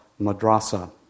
Madrasa